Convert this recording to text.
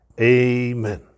Amen